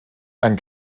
ein